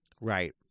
Right